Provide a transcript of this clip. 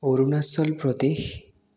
Arunachal Pradesh